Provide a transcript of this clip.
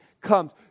comes